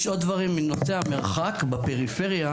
יש עוד דברים, נושא המרחק בפריפריה.